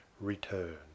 return